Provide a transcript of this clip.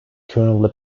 currently